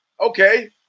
Okay